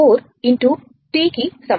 కి సమానం